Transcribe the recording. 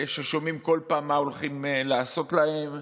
ששומעים בכל פעם מה הולכים לעשות להם,